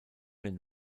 den